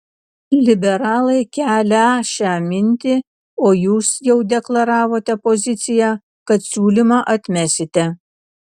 liberalai kelią šią mintį o jūs jau deklaravote poziciją kad siūlymą atmesite